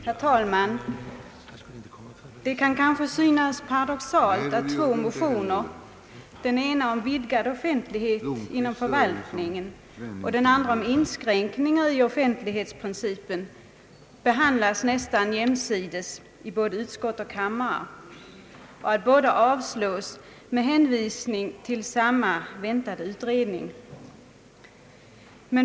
Herr talman! Det kan synas paradoxalt att två motioner, den ena om vidgad offentlighet i förvaltningen och den andra om inskränkningar i offentlighetsprincipen, behandlas nästan jämsides i både utskott och kamrar samt avslås med hänvisning till samma väntade utredning.